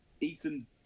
Ethan